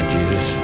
Jesus